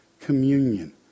communion